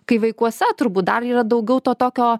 kai vaikuose turbūt dar yra daugiau to tokio